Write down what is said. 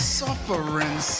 suffering